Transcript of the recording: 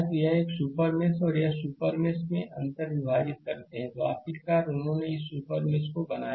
तो यह super mesh और यह सुपर मेष वे अन्तर्विभाजित करते हैं आखिरकार उन्होंने इस सुपर मेष को बनाया